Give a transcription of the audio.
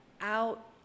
out